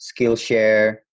Skillshare